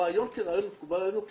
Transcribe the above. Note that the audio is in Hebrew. הרעיון כרעיון מקובל עלינו.